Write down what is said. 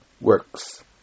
works